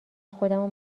خودمو